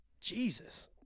Jesus